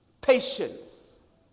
patience